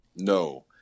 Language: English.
No